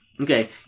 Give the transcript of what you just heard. Okay